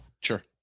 Sure